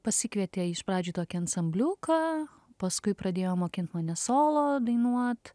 pasikvietė iš pradžių į tokį ansambliuką paskui pradėjo mokint mane solo dainuot